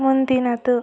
ಮುಂದಿನದು